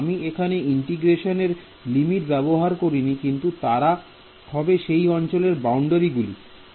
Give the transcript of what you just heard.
আমি এখানে ইন্টিগ্রেশন এর লিমিট ব্যবহার করিনি কিন্তু তারা হবে সেই অঞ্চলের বাউন্ডারি গুলি